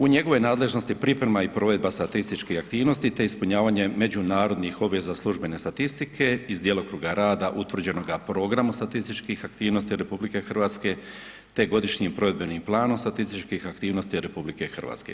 U njegovoj nadležnosti je priprema i provedba statističkih aktivnosti te ispunjavanje međunarodnih obveza službene statistike iz djelokruga rada utvrđenoga programom statističkih aktivnosti RH te godišnjim provedbenim planom statističkih aktivnosti RH.